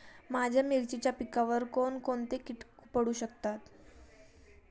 माझ्या मिरचीच्या पिकावर कोण कोणते कीटक पडू शकतात?